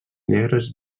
negres